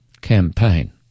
campaign